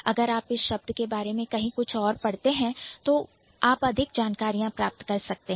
अगर आप इस शब्द के बारे में कहीं और कुछ पढ़ते हैं तो आप अधिक जानकारी प्राप्त कर सकते हैं